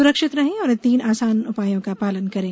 सुरक्षित रहें और इन तीन आसान उपायों का पालन करें